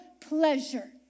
pleasure